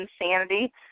insanity